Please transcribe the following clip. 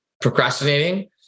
procrastinating